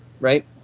Right